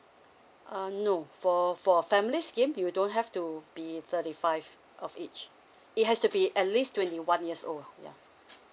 uh no for for family scheme you don't have to be thirty five of age it has to be at least twenty one years old yeah